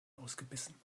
ausgebissen